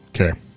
Okay